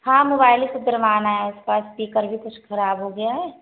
हाँ मोबाइल सुधरवाना है इसका इस्पीकर भी कुछ ख़राब हो गया है